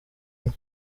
enye